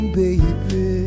baby